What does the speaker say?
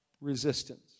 resistance